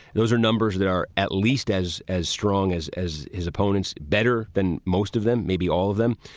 those are numbers that are at least as as strong as as his opponents. better than most of them. maybe all of them.